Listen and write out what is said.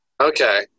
Okay